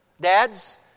Dads